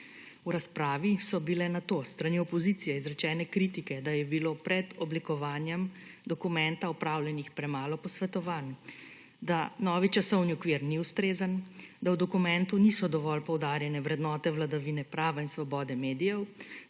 V razpravi so bile nato s strani opozicije izrečene kritike, da je bilo pred oblikovanjem dokumenta opravljenih premalo posvetovanj, da novi časovni okvir ni ustrezen, da v dokumentu niso dovolj poudarjene vrednote vladavine prava in svobode medijev